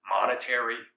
monetary